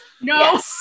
no